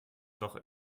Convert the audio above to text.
doch